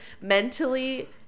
mentally